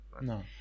no